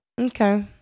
Okay